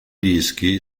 dischi